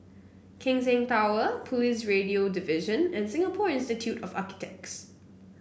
Keck Seng Tower Police Radio Division and Singapore Institute of Architects